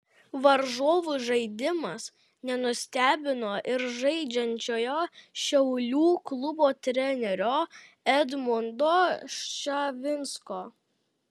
varžovų žaidimas nenustebino ir žaidžiančiojo šiaulių klubo trenerio edmundo ščavinsko